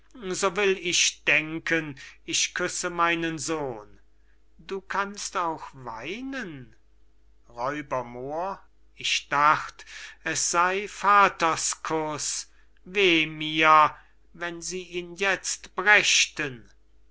so will ich denken ich küsse meinen sohn du kannst auch weinen r moor ich dacht es sei vaterskuß weh mir wenn sie ihn jetzt brächten